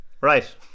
Right